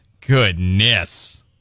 goodness